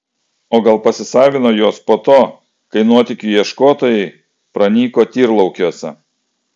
o gal pasisavino juos po to kai nuotykių ieškotojai pranyko tyrlaukiuose